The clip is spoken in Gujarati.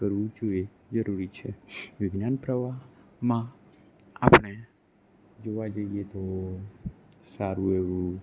કરવું જોએ જરૂરી છે વિજ્ઞાન પ્રવાહમાં આપણે જોવા જઈએ તો સારું એવું